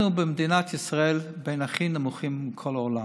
אנחנו, מדינת ישראל, בין הכי נמוכים בעולם,